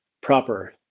proper